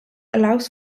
allows